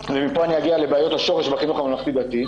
ומפה אני אגיע לבעיות השורש בחינוך הממלכתי-דתי.